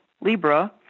Libra